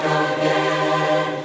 again